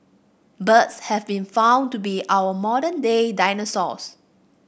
birds have been found to be our modern day dinosaurs